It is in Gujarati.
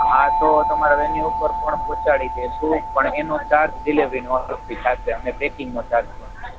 હા તો તમારા વેન્યુ પર પણ પહોંચાડી દઈશું પણ એનો ચાર્જ ડિલેવરી નો અલગથી થશે અને પેકિંગનો ચાર્જ પણ